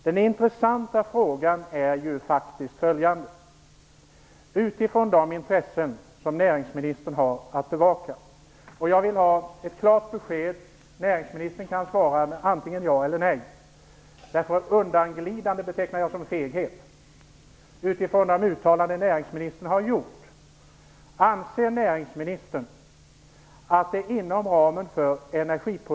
Den intressanta frågan utifrån de intressen som näringsministern har att bevaka tycker jag är: Anser näringsministern, utifrån de uttalanden som näringsministern har gjort, att det inom ramen för energipolitiken är bättre att satsa på naturgas än att kunna upprätthålla koldioxidmålet? Jag vill ha ett klart besked.